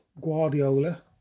Guardiola